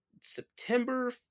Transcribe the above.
September